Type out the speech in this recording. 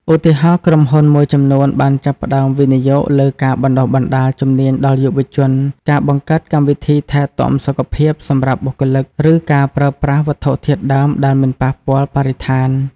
ឧទាហរណ៍ ក្រុមហ៊ុនមួយចំនួនបានចាប់ផ្តើមវិនិយោគលើការបណ្តុះបណ្តាលជំនាញដល់យុវជន ការបង្កើតកម្មវិធីថែទាំសុខភាពសម្រាប់បុគ្គលិក ឬការប្រើប្រាស់វត្ថុធាតុដើមដែលមិនប៉ះពាល់បរិស្ថាន ។